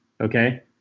okay